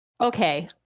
Okay